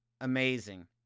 amazing